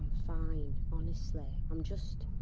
and fine. honestly. i'm just,